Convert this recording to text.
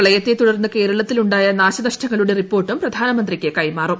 പ്രളയത്തെ തുടർന്ന് കേരളത്തിലുണ്ടായ നാശനഷ്ടങ്ങളുടെ റിപ്പോർട്ടും പ്രധാനമന്ത്രിക്ക് കൈമാറും